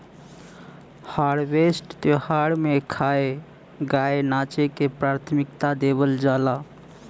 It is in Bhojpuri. हार्वेस्ट त्यौहार में खाए, गाए नाचे के प्राथमिकता देवल जाला